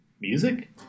music